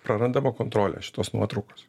prarandama kontrolė šitos nuotraukos